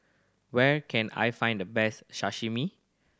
where can I find the best Sashimi